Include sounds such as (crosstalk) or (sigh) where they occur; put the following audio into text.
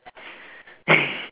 (laughs)